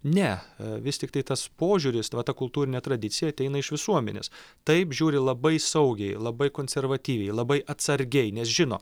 ne vis tiktai tas požiūris va ta kultūrinė tradicija ateina iš visuomenės taip žiūri labai saugiai labai konservatyviai labai atsargiai nes žino